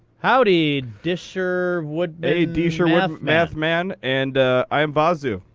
howdy, disherwoodmathman. hey, disherwoodmathman. and iambozu.